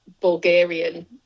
Bulgarian